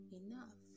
enough